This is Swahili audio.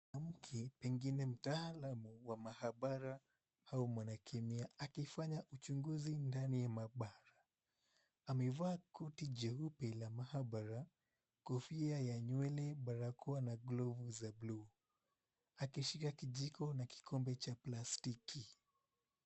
Mwanamke pengine mtaalamu wa maabara au mwanakemi akifanya uchunguzi ndani ya maabara. Ameva koti jeupe la maabara, kofia ya ywele, barakoa na glovu ya buluu, akishika kikombe na kijiko cha plastiki.